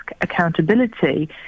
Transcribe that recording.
accountability